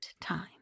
time